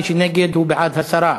מי שנגד הוא בעד הסרה.